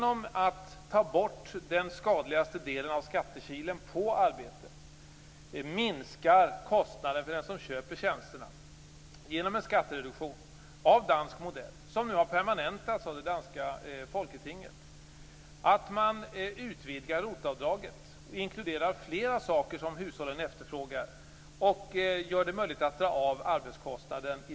Om man tar bort den skadligaste delen av skattekilen på arbete minskar kostnaden för den som köper tjänsterna - en skattereduktion av dansk modell, som nu har permanentats av det danska folketinget. Vi föreslår att ROT-avdraget utvidgas till att inkludera flera tjänster som hushållen efterfrågar. Vi vill också göra det möjligt att göra avdrag för arbetskostnaden.